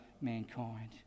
mankind